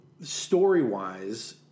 story-wise